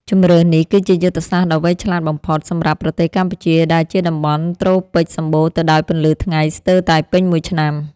ជម្រើសនេះគឺជាយុទ្ធសាស្ត្រដ៏វៃឆ្លាតបំផុតសម្រាប់ប្រទេសកម្ពុជា ដែលជាតំបន់ត្រូពិកសម្បូរទៅដោយពន្លឺថ្ងៃស្ទើរតែពេញមួយឆ្នាំ។